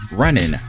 Running